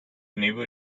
never